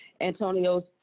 Antonio's